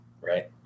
right